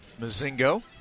Mazingo